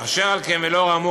אשר על כן ולאור האמור,